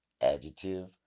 adjective